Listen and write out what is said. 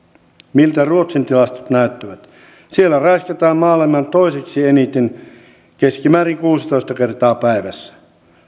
miltä ruotsin tilastot näyttävät siellä raiskataan maailman toiseksi eniten keskimäärin kuusitoista kertaa päivässä